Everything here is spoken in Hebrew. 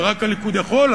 ורק הליכוד יכול,